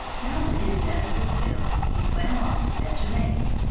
now that his nest was built he swam off to fetch a mate.